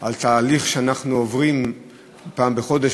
על תהליך שאנחנו עוברים פעם בחודש,